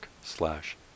slash